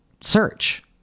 search